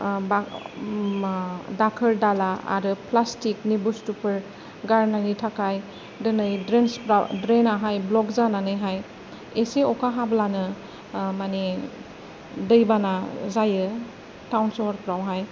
बा मा दाखोर दाला आरो प्लास्तिक नि बेसादफोर गारनायनि थाखाय दिनै द्रेन्स फ्रा द्रैन आहाय ब्लक जानानैहाय एसे अखा हाब्लानो माने दैबाना जायो टाउन नोगोरफ्रावहाय